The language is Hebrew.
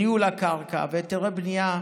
בניהול הקרקע והיתרי בנייה,